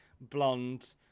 blonde